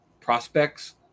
prospects